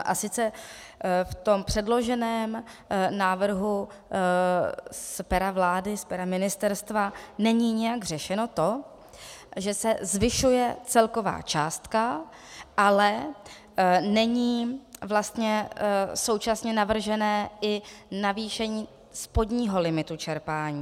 A sice, v tom předloženém návrhu z pera vlády, z pera ministerstva, není nijak řešeno to, že se zvyšuje celková částka, ale není vlastně současně navrženo i navýšení spodního limitu čerpání.